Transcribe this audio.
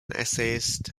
essayist